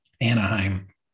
Anaheim